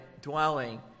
dwelling